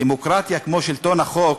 דמוקרטיה, כמו שלטון החוק,